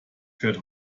fährt